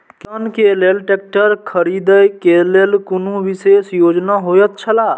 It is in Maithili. किसान के लेल ट्रैक्टर खरीदे के लेल कुनु विशेष योजना होयत छला?